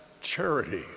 charity